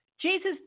Jesus